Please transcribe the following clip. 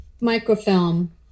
microfilm